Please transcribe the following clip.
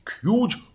huge